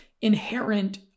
inherent